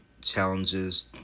challenges